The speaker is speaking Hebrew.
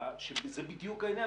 היה שזה בדיוק העניין,